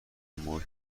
محیط